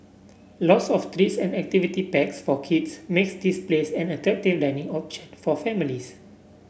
lots of treats and activity packs for kids makes this place an attractive dining option for families